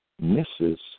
misses